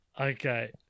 Okay